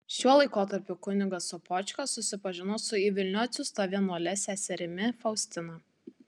šiuo laikotarpiu kunigas sopočka susipažino su į vilnių atsiųsta vienuole seserimi faustina